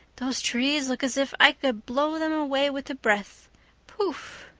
those trees look as if i could blow them away with a breath pouf!